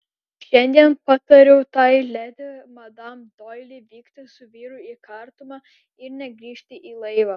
šiandien patariau tai ledi madam doili vykti su vyru į kartumą ir negrįžti į laivą